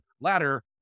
ladder